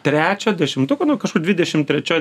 trečio dešimtuko nu kažkur dvidešim trečioj